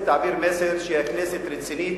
מסר שהכנסת רצינית,